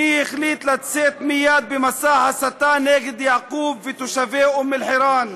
מי החליט לצאת מייד במסע הסתה נגד יעקוב ותושבי אום-אלחיראן?